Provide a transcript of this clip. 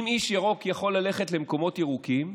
אם איש ירוק יכול ללכת למקומות ירוקים.